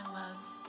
loves